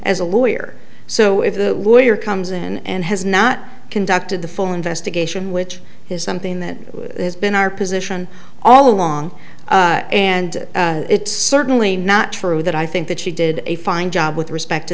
as a lawyer so if the lawyer comes in and has not conducted the full investigation which is something that has been our position all along and it's certainly not true that i think that she did a fine job with respect to